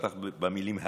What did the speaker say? הוא פתח במילים האלה: